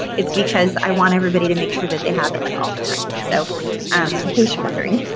it's because i want everybody to make sure that they have it like all the time so in case you're wondering